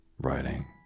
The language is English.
writing